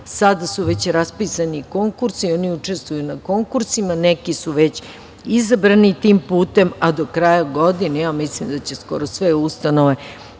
sada su već raspisani konkursi, oni učestvuju na konkursima, neki su već izabrani tim putem, a do kraja godine mislim da će skoro sve ustanove